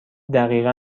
دقیقا